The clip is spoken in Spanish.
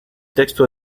texto